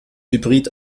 hybrid